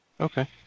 Okay